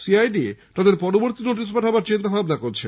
CID তাদের পরবর্তী notice পাঠাবার চিন্তাভাবনা করছে